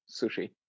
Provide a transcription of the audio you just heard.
sushi